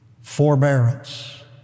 forbearance